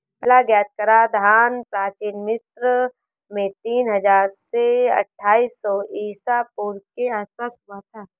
पहला ज्ञात कराधान प्राचीन मिस्र में तीन हजार से अट्ठाईस सौ ईसा पूर्व के आसपास हुआ था